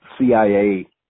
CIA